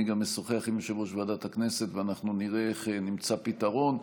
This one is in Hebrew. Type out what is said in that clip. אני גם אשוחח עם יושב-ראש ועדת הכנסת ואנחנו נראה איך נמצא פתרון.